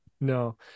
No